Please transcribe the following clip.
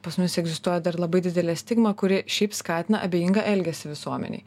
pas mus egzistuoja dar labai didelė stigma kuri šiaip skatina abejingą elgesį visuomenėj